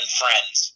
friends